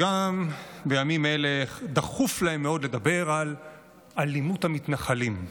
שגם בימים אלה דחוף להם מאוד לדבר על אלימות המתנחלים.